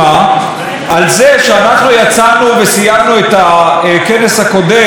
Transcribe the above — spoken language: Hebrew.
הקודם בכך שחוקקנו את חוק הפונדקאות,